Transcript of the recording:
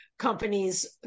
Companies